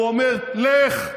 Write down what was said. הוא אומר: לך,